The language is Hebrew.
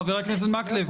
חבר הכנסת מקלב.